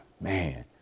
man